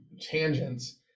tangents